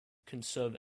conserve